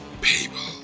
people